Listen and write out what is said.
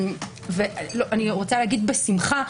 ובשמחה,